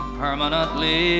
permanently